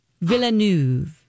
Villeneuve